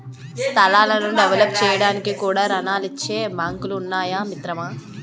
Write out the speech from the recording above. స్థలాలను డెవలప్ చేయడానికి కూడా రుణాలిచ్చే బాంకులు ఉన్నాయి మిత్రమా